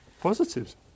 Positives